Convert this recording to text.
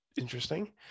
interesting